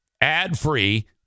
ad-free